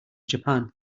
japan